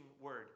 word